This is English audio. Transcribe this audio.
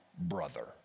brother